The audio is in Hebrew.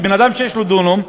שבן-אדם שיש לו דונם,